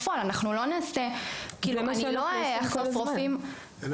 פעולות בעיסוק ברפואה; לעוזר הרופא דרושה הרשאה אישית לביצוע הפעולות.